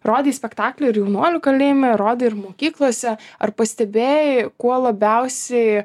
rodei spektaklį ir jaunuolių kalėjime rodei ir mokyklose ar pastebėjai kuo labiausiai